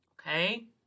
Okay